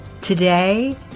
today